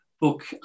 book